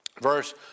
Verse